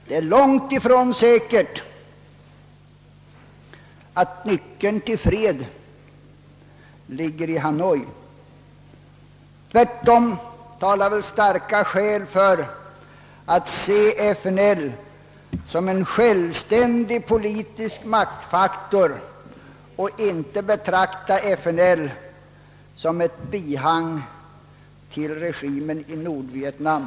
Det är långt ifrån säkert att nyckeln till fred finns i Hanoi; tvärtom talar starka skäl för att vi bör betrakta FNL som en självständig politisk maktfaktor och inte som ett bihang till regimen i Nordvietnam.